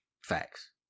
Facts